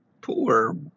poor